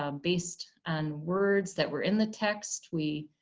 ah based on words that were in the text. we